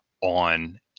on